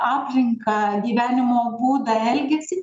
aplinką gyvenimo būdą elgesį